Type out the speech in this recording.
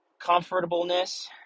comfortableness